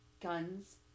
guns